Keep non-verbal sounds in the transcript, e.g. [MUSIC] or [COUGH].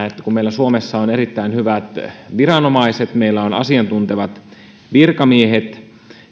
[UNINTELLIGIBLE] että meillä suomessa on erittäin hyvät viranomaiset meillä on asiantuntevat virkamiehet